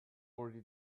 already